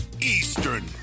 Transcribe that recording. Eastern